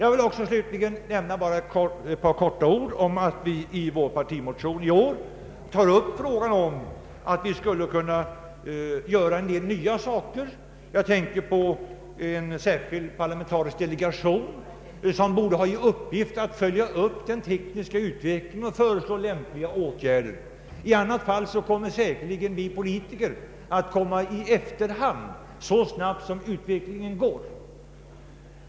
I vår partimotion i år räknar vi upp en del nya ting som skulle kunna åstadkommas. Vi föreslår bl.a. att en särskild parlamentarisk delegation borde få i uppdrag att följa upp den tekniska utvecklingen och föreslå lämpliga åtgärder. I annat fall kommer säkert vi politiker i efterhand, så snabbt som utvecklingen går framåt.